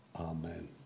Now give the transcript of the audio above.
Amen